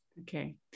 Okay